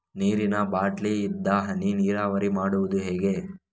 ನೀರಿನಾ ಬಾಟ್ಲಿ ಇಂದ ಹನಿ ನೀರಾವರಿ ಮಾಡುದು ಹೇಗೆ?